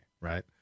right